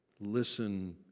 Listen